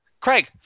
Craig